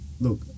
Look